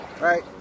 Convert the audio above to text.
right